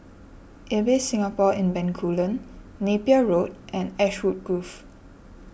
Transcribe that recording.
Ibis Singapore in Bencoolen Napier Road and Ashwood Grove